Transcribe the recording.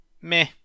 meh